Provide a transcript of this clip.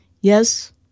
Yes